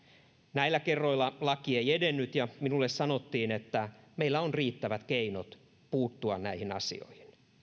näillä kerroilla laki ei edennyt ja minulle sanottiin että meillä on riittävät keinot puuttua näihin asioihin